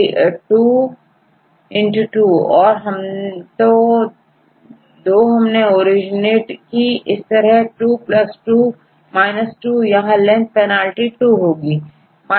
2 2 और दो हमने ओरिजनेट की इस तरह22 2तो यहां लेंथ पेनाल्टी2 होगी